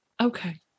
Okay